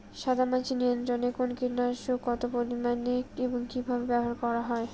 সাদামাছি নিয়ন্ত্রণে কোন কীটনাশক কত পরিমাণে এবং কীভাবে ব্যবহার করা হয়?